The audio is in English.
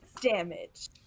damage